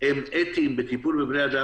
הם אתיים בטיפול בבני-אדם?